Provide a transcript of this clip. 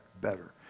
better